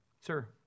sir